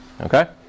Okay